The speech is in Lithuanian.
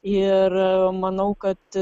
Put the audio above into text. ir manau kad